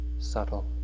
subtle